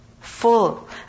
full